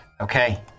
Okay